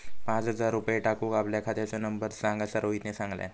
पाच हजार रुपये टाकूक आपल्या खात्याचो नंबर सांग असा रोहितने सांगितल्यान